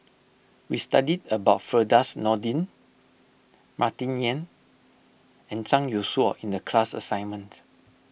we studied about Firdaus Nordin Martin Yan and Zhang Youshuo in the class assignment